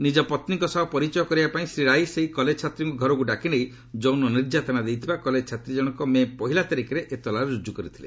ନିକ ପତ୍ନୀଙ୍କ ସହ ପରିଚୟ କରାଇବା ପାଇଁ ଶ୍ରୀ ରାଇ ସେହି କଲେଜ ଛାତ୍ରୀଙ୍କୁ ଘରକୁ ଡାକି ନେଇ ଯୌନ ନିର୍ଯାତନା ଦେଇଥିବା କଲେଜ୍ ଛାତ୍ରୀ ଜଣଙ୍କ ମେ ପହିଲା ତାରିଖରେ ଏତଲା ରୁକୁ କରିଥିଲେ